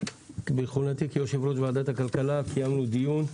בכהונתי כיושב-ראש ועדת הכלכלה קיימנו דיון,